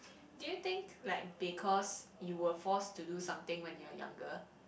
do you think like because you were forced to do something when you are younger